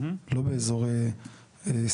לא באזור C,